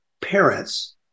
parents